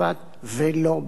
ולא ברצח